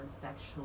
sexual